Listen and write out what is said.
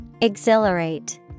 Exhilarate